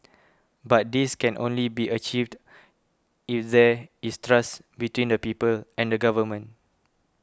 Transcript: but this can only be achieved if there is trust between the people and the government